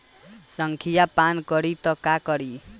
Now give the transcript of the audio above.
संखिया पान करी त का करी?